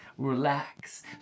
Relax